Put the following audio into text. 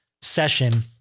session